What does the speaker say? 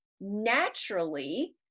naturally